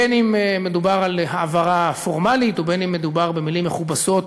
בין שמדובר על העברה פורמלית ובין שמדובר במילים מכובסות